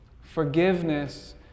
Forgiveness